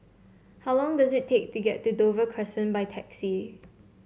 how long does it take to get to Dover Crescent by taxi